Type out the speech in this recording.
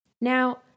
now